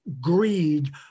greed